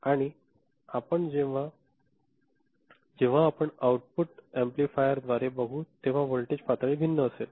आणि जेव्हा आपण आउटपुट एम्पलीफायरद्वारे बघू तेव्हा व्होल्टेज पातळी भिन्न असेल